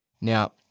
Now